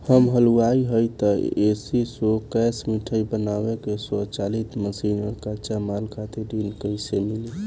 हम हलुवाई हईं त ए.सी शो कैशमिठाई बनावे के स्वचालित मशीन और कच्चा माल खातिर ऋण कइसे मिली?